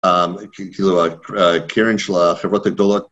כאילו הקרן של החברות הגדולות.